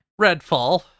Redfall